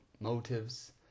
motives